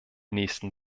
nächsten